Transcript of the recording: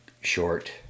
short